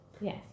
Yes